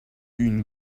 une